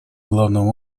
главным